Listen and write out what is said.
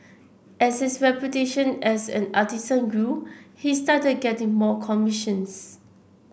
as his reputation as an artisan grew he started getting more commissions